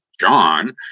John